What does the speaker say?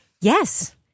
Yes